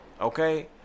Okay